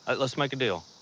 but let's make a deal.